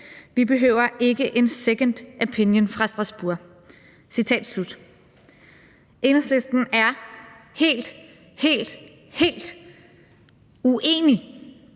vi behøver ikke en second opinion fra Strasbourg. Enhedslisten er helt, helt